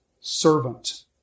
servant